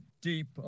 deep